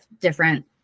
different